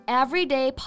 everyday